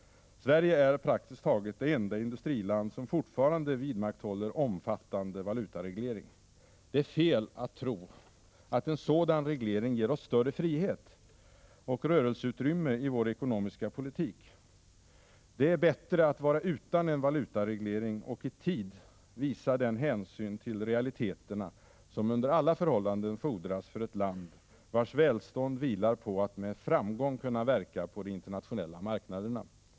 Sverige är praktiskt taget det enda industriland som fortfarande vidmakthåller omfattande valutareglering. Det är fel att tro att en sådan reglering ger oss större frihet och rörelseutrymme i vår ekonomiska politik. Det är bättre att vara utan en valutareglering och i tid visa den hänsyn till realiteterna som under alla förhållanden fordras för ett land vars välstånd vilar på att med framgång kunna verka på de internationella marknaderna.